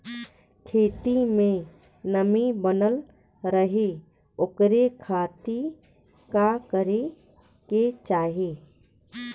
खेत में नमी बनल रहे ओकरे खाती का करे के चाही?